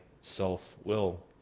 self-will